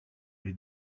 les